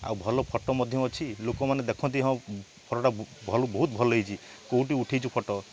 ଆଉ ଭଲ ଫଟୋ ମଧ୍ୟ ଅଛି ଲୋକମାନେ ଦେଖନ୍ତି ହଁ ଫଟୋଟା ଭଲ ବହୁତ ଭଲ ହେଇଛି କେଉଁଠି ଉଠାଇଛୁ ଫଟୋ